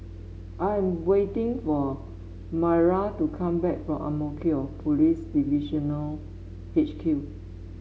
I am waiting for Myra to come back from Ang Mo Kio Police Divisional H Q